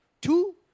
Two